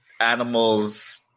animals